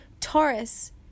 Taurus